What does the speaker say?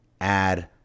add